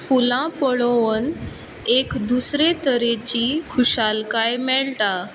फुलां पळोवन एक दुसरे तरेची खुशालकाय मेळटा